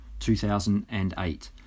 2008